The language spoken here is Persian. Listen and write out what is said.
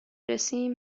رسیم